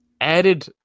added